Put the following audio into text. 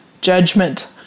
judgment